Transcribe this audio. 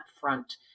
front